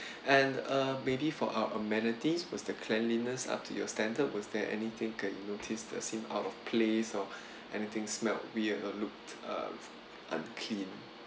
and uh maybe for our amenities was the cleanliness up to your standard was there anything get you notice that seem out of place or anything smelt weird or looked uh unclean